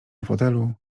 fotelu